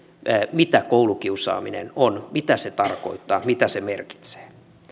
mitä koulukiusaaminen on mitä se tarkoittaa mitä se merkitsee